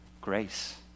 Grace